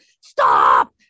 stop